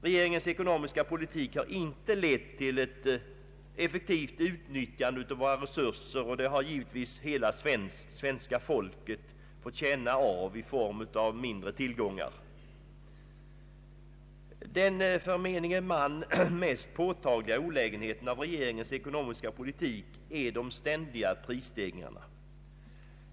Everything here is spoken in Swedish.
Regeringens ekonomiska politik har inte lett till eti effektivt utnyttjande av våra resurser, och detta har givetvis hela svenska folket fått känna av i form av mindre tillgångar. Den för menige man mest påtagliga olägenheten av regeringens ekonomiska politik är de ständiga prisstegringarna.